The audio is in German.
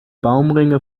baumringe